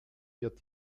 wird